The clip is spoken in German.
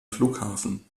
flughafen